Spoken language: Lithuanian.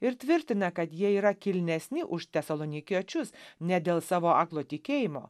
ir tvirtina kad jie yra kilnesni už tesalonikiečius ne dėl savo aklo tikėjimo